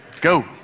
Go